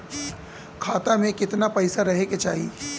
खाता में कितना पैसा रहे के चाही?